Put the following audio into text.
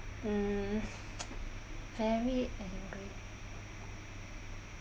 mm very